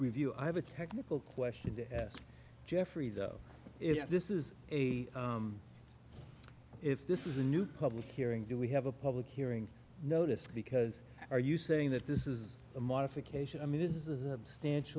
review i have a technical question to ask jeffrey though if this is a if this is a new public hearing do we have a public hearing notice because are you saying that this is a modification i mean this is